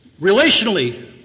Relationally